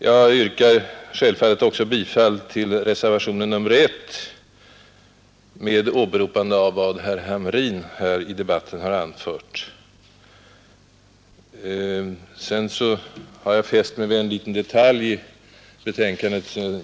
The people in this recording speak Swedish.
Jag yrkar självfallet också — med åberopande av vad herr Hamrin här i debatten har anfört — bifall till reservationen 1. Jag har vidare fäst mig vid en liten detalj i betänkandet.